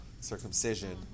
circumcision